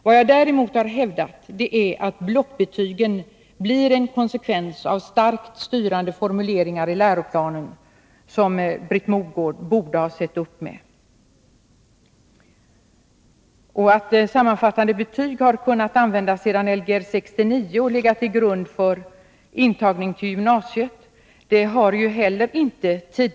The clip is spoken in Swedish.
Vad jag däremot har hävdat är att blockbetygen blir en konsekvens av starkt styrande formuleringar i läroplanen som Britt Mogård borde ha sett upp med.